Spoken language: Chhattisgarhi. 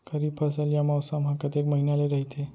खरीफ फसल या मौसम हा कतेक महिना ले रहिथे?